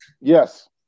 Yes